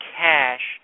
cash